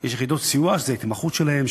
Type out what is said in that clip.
יש יחידות סיוע שזאת ההתמחות שלהן,